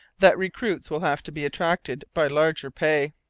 that recruits will have to be attracted by larger pay.